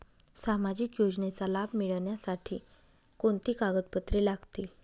सामाजिक योजनेचा लाभ मिळण्यासाठी कोणती कागदपत्रे लागतील?